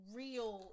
real